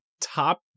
top